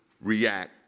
react